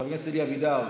חבר הכנסת אלי אבידר,